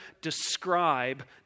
describe